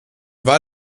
war